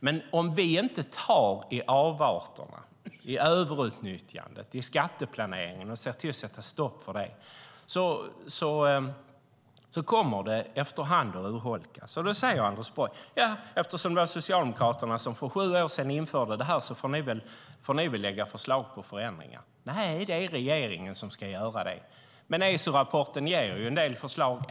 Men om vi inte tar tag i avarterna, överutnyttjandet och skatteplaneringen och ser till att sätta stopp för det, då kommer det efter hand att urholkas. Då säger Anders Borg: Eftersom det var Socialdemokraterna som för sju år sedan införde detta får ni väl lägga fram förslag på förändringar. Nej, det är regeringen som ska göra det. Men Esorapporten ger en del förslag.